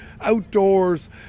outdoors